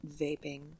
vaping